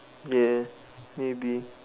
ya maybe